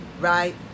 right